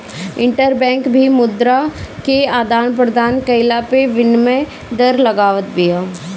interbank भी मुद्रा के आदान प्रदान कईला पअ विनिमय दर लगावत बिया